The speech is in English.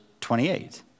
28